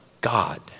God